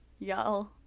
Y'all